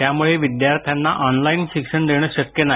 त्यामुळे विद्यार्थ्यांना ऑनलाइन शिक्षण देण शक्य नाही